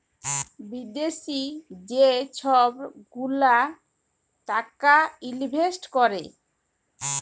বিদ্যাশি যে ছব গুলা টাকা ইলভেস্ট ক্যরে